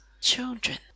Children